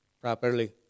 properly